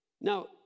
Now